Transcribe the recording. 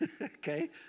Okay